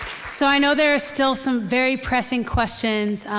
so i know there are still some very pressing questions.